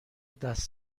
دست